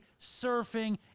surfing